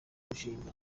mushinga